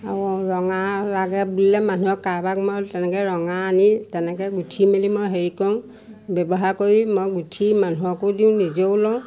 আৰু ৰঙা লাগে বুলিলে মানুহক কাৰোবাক মই তেনেকে ৰঙা আনি তেনেকে গুঠি মেলি মই হেৰি কৰোঁ ব্যৱহাৰ কৰি মই গুঠি মানুহকো দিওঁ নিজেও লওঁ